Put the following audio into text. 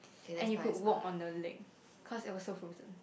and you could walk on the lake cause it was so frozen